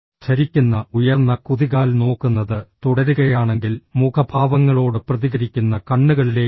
ധരിക്കുന്ന ഉയർന്ന കുതികാൽ നോക്കുന്നത് തുടരുകയാണെങ്കിൽ മുഖഭാവങ്ങളോട് പ്രതികരിക്കുന്ന കണ്ണുകളിലേക്ക്